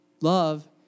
Love